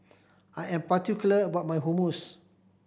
I am particular about my Hummus